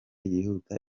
yihuta